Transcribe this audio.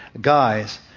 guys